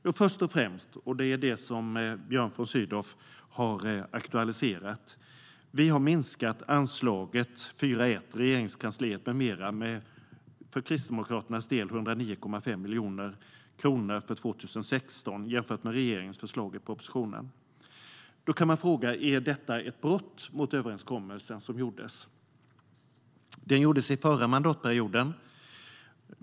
Jo, först och främst - det är det som Björn von Sydow har aktualiserat - vill vi kristdemokrater minska anslaget 4:1, Regeringskansliet m.m., med 109,5 miljoner kronor för 2016, jämfört med regeringens förslag i propositionen. Då kan man fråga: Är detta ett brott mot den överenskommelse som gjordes? Den gjordes under förra mandatperioden.